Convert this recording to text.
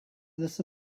this